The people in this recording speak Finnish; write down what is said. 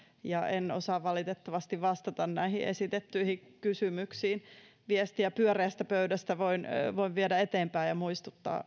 ja en osaa valitettavasti vastata näihin esitettyihin kysymyksiin viestiä pyöreästä pöydästä voin voin viedä eteenpäin ja muistuttaa